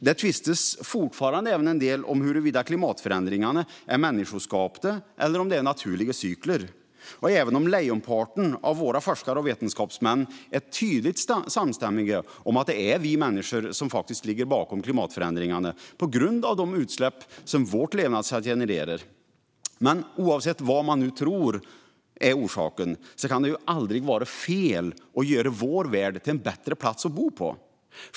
Det tvistas fortfarande en del om huruvida klimatförändringarna är människoskapta eller om det är naturliga cykler, även om lejonparten av våra forskare och vetenskapsmän är tydligt samstämmiga i att det faktiskt är vi människor som ligger bakom klimatförändringarna genom de utsläpp som vårt levnadssätt genererar. Men oavsett vad man nu tror är orsaken kan det ju aldrig vara fel att göra vår värld till en bättre plats att bo på.